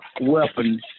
weapons